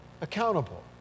accountable